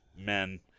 men